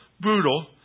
brutal